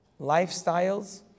lifestyles